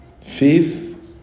faith